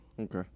Okay